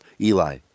Eli